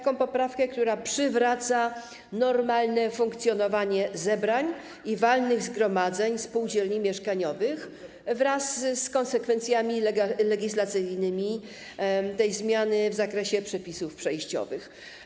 Chodzi o poprawkę, która przywraca normalne funkcjonowanie zebrań i walnych zgromadzeń spółdzielni mieszkaniowych wraz z konsekwencjami legislacyjnymi tej zmiany w zakresie przepisów przejściowych.